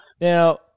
Now